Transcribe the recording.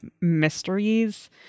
mysteries